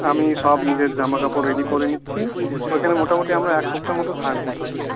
আমি সব নিজের জামা কাপড় রেডি করে নিচ্ছি ওইখানে মোটামুটি আমরা এক সপ্তাহ মতো থাকবো তাহলে